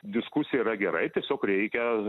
diskusija yra gerai tiesiog reikia